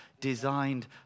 designed